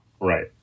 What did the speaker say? Right